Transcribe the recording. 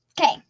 okay